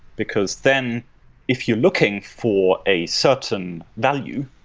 because then if you're looking for a certain value,